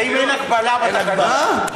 האם אין הגבלה בתקנון?